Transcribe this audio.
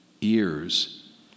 ears